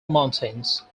mountains